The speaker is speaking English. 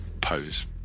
pose